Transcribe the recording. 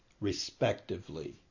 respectively